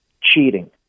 Cheating